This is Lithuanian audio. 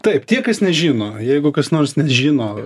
taip tie kas nežino jeigu kas nors žino